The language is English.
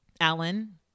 Alan